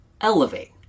elevate